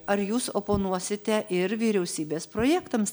ar jūs oponuosite ir vyriausybės projektams